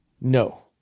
No